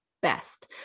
best